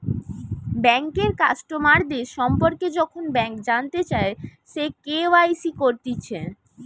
বেঙ্কের কাস্টমারদের সম্পর্কে যখন ব্যাংক জানতে চায়, সে কে.ওয়াই.সি করতিছে